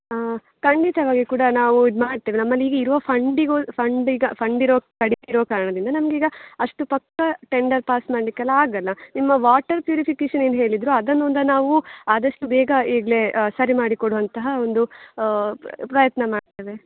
ಹಾಂ ಖಂಡಿತವಾಗಿ ಕೂಡ ನಾವು ಇದು ಮಾಡ್ತೇವೆ ನಮ್ಮಲ್ಲಿ ಈಗ ಇರುವ ಫಂಡಿಗೂ ಫಂಡ್ ಈಗ ಫಂಡ್ ಇರೋ ಕಡಿಮೆ ಇರೋ ಕಾರಣದಿಂದ ನಮ್ಗೆ ಈಗ ಅಷ್ಟು ಪಕ್ಕ ಟೆಂಡರ್ ಪಾಸ್ ಮಾಡ್ಲಿಕ್ಕೆ ಎಲ್ಲ ಆಗೋಲ್ಲ ನಿಮ್ಮ ವಾಟರ್ ಪ್ಯೂರಿಫಿಕೇಷನ್ ಏನು ಹೇಳಿದ್ದಿರೋ ಅದನ್ನು ಒಂದನ್ನು ನಾವು ಆದಷ್ಟು ಬೇಗ ಈಗಲೇ ಸರಿ ಮಾಡಿ ಕೊಡುವಂತಹ ಒಂದು ಪ್ರಯತ್ನ ಮಾಡ್ತೇವೆ